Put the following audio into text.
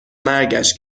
مرگش